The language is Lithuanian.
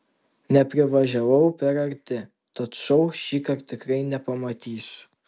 neprivažiavau per arti tad šou šįkart tikrai nepamatysiu